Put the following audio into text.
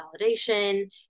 validation